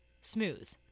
smooth